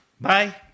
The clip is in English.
Bye